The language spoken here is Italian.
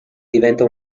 diventa